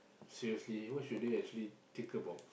seriously what should they actually think about